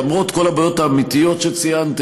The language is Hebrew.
למרות כל הבעיות האמיתיות שציינתם,